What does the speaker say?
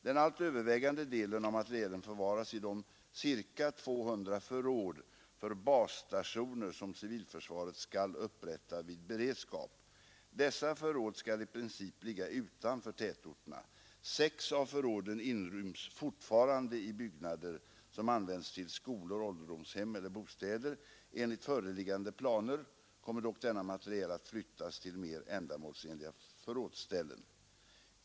Den allt övervägande delen av materielen förvaras i de ca 200 förråd för basstationer som civilförsvaret skall upprätta vid beredskap. Dessa förråd skall i princip ligga utanför tätorterna. Sex av förråden inryms fortfarande i byggnader som används till skolor, ålderdomshem eller bostäder. Enligt föreliggande planer kommer dock denna materiel att flyttas till mer ändamålsenliga förrådsställen.